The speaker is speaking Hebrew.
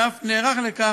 ואף נערך לכך,